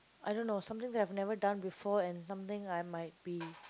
I don't know something that I've never done before and something I might be